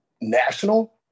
national